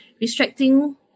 restricting